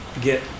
get